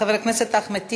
חבר הכנסת אחמד טיבי.